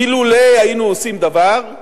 אילולא היינו עושים דבר,